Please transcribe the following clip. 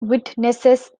witnesses